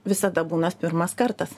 visada būna pirmas kartas